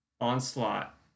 onslaught